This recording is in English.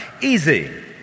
Easy